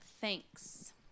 thanks